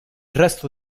resto